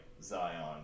Zion